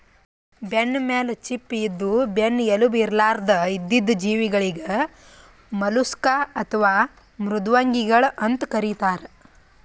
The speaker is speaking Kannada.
ಬೆನ್ನಮೇಲ್ ಚಿಪ್ಪ ಇದ್ದು ಬೆನ್ನ್ ಎಲುಬು ಇರ್ಲಾರ್ದ್ ಇದ್ದಿದ್ ಜೀವಿಗಳಿಗ್ ಮಲುಸ್ಕ್ ಅಥವಾ ಮೃದ್ವಂಗಿಗಳ್ ಅಂತ್ ಕರಿತಾರ್